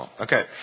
Okay